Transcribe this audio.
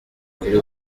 kuri